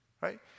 right